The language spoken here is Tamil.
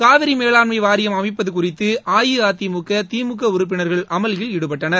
காவிரி மேலாண்மை வாரியம் அமைப்பது குறித்து அஇஅதிமுக திமுக உறுப்பினர்கள் அமளியில் ஈடுபட்டனர்